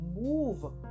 move